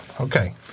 Okay